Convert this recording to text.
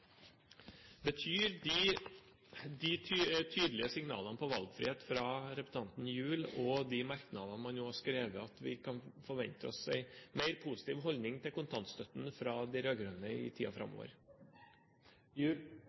tydelige signalene om valgfrihet fra representanten Gjul og de merknadene man nå har skrevet, at vi kan forvente en mer positiv holdning til kontantstøtten fra de rød-grønne i